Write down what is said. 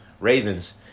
Ravens